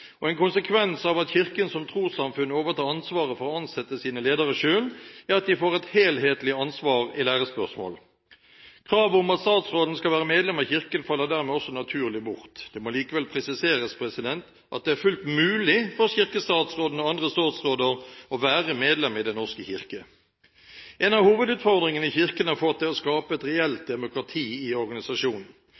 En konsekvens av at Kirken som trossamfunn overtar ansvaret for å ansette sine ledere selv, er at de får et helhetlig ansvar i lærespørsmål. Kravet om at statsråden skal være medlem av Kirken, faller dermed også naturlig bort. Det må likevel presiseres at det er fullt mulig for kirkestatsråden og andre statsråder å være medlem i Den norske kirke. En av hovedutfordringene Kirken har fått, er å skape et reelt demokrati i organisasjonen.